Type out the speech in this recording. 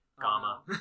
Gamma